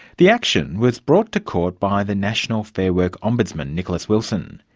the action was brought to court by the national fair work ombudsman, nicholas wilson,